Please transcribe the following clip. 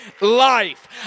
life